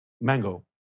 mango